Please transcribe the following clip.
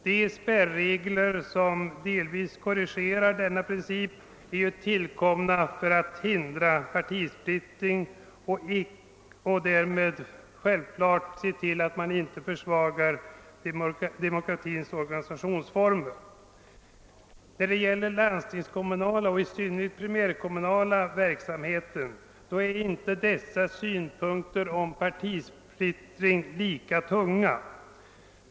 De spärregler som delvis korrigerar denna princip är tillkomna för att hindra partisplittring och att därmed självfallet verka så att demokratins organisationsformer inte försvagas. När det gäller landstingskommunal och i synnerhet primärkommunal verksamhet är dessa synpunkter om partisplittring inte lika tunga.